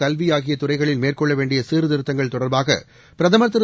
கல்வி ஆகிய துறைகளில் மேற்கொள்ள வேண்டிய சீர்திருத்தங்கள் தொடர்பாக பிரதமர் திரு